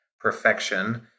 perfection